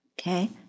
Okay